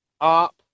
up